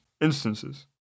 instances